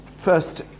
first